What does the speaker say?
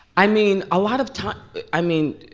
i mean, a lot of time i mean,